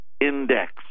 index